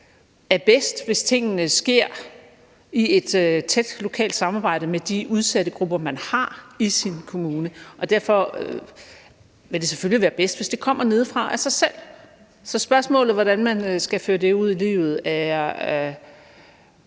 er bedst, hvis tingene sker i et tæt lokalt samarbejde med de udsatte grupper, man har i sin kommune. Derfor vil det selvfølgelig være bedst, hvis det kommer nedefra af sig selv. Så spørgsmålet om, hvordan man skal føre det ud i livet, er